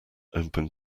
open